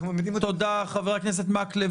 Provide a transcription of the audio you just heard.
תודה, חבר הכנסת מקלב.